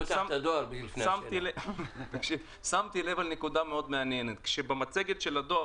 שמתי לב לנקודה מאוד מעניינת: כשבמצגת של הדואר,